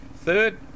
third